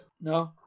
No